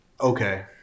Okay